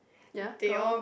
ya go on